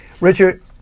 Richard